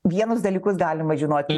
vienus dalykus galima žinoti